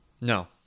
No